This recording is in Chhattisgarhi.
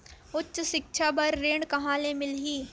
उच्च सिक्छा बर ऋण कहां ले मिलही?